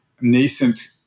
nascent